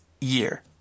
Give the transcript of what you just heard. year